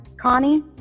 connie